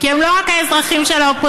כי הם לא רק האזרחים של האופוזיציה,